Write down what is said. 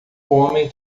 homem